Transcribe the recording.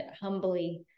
humbly